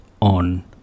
on